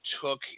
Took